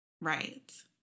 Right